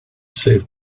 saved